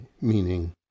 meaning